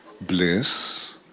bliss